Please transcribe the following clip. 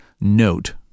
note